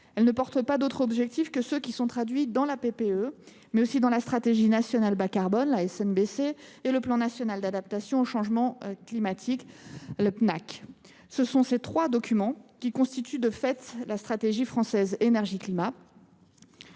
Elle ne porte pas d’autre objectif que ceux qui sont traduits dans la PPE, dans la stratégie nationale bas carbone (SNBC) et dans le plan national d’adaptation au changement climatique (Pnacc). Ce sont ces trois documents qui constituent, de fait, la stratégie française sur l’énergie et